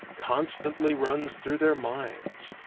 constantly runs through their minds.